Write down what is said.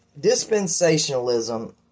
dispensationalism